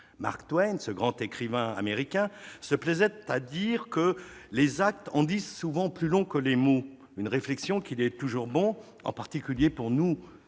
Marc Twain, ce grand écrivain américain, se plaisait à dire que les actes en disent souvent plus long que les mots. C'est une réflexion qu'il est toujours bon, en particulier pour nous,